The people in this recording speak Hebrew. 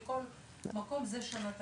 בכל מקום זה שנה תקציבית.